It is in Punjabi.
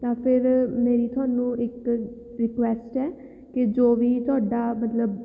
ਤਾਂ ਫਿਰ ਮੇਰੀ ਤੁਹਾਨੂੰ ਇੱਕ ਰਿਕੁਐਸਟ ਹੈ ਕਿ ਜੋ ਵੀ ਤੁਹਾਡਾ ਮਤਲਬ